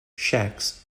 shacks